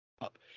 up